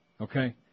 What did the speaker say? Okay